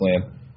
land